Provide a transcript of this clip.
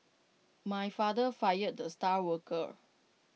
my father fired the star worker